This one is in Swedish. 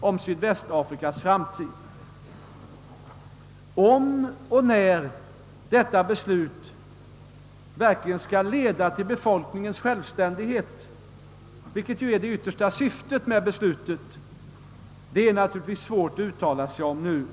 om Sydvästafrikas framtid. Om och när detta beslut verkligen skall leda till befolkningens självständighet — en sådan självständighet är ju det yttersta syftet med beslutet — är naturligtvis svårt att uttala sig om.